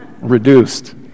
reduced